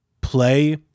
play